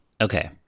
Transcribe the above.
Okay